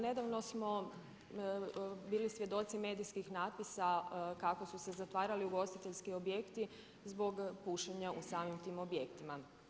Nedavno smo bili svjedoci medijskih natpisa kako su se zatvarali ugostiteljski objekti zbog pušenja u samim tim objektima.